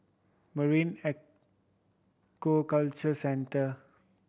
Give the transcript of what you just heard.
Marine Aquaculture Centre